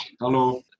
Hello